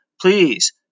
please